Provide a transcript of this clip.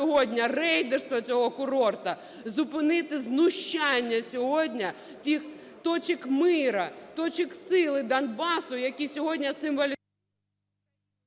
рейдерство цього курорту, зупинити знущання сьогодні з тих точок миру, точок сили Донбасу, які сьогодні…